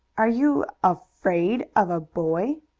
are you afraid of a boy?